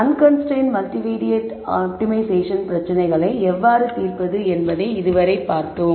unconstrained multivariate optimization பிரச்சனைகளை எவ்வாறு தீர்ப்பது என்பதை இதுவரை பார்த்தோம்